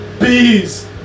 Bees